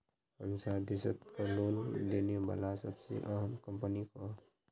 हमसार देशत लोन देने बला सबसे अहम कम्पनी क